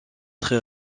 très